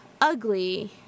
ugly